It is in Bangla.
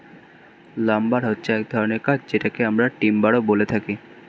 লাম্বার হচ্ছে এক ধরনের কাঠ যেটাকে আমরা টিম্বারও বলে থাকি